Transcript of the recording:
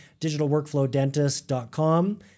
digitalworkflowdentist.com